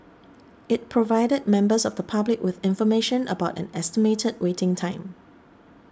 it provided members of the public with information about an estimated waiting time